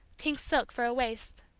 pink silk for a waist.